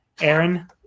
Aaron